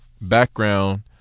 background